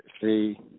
See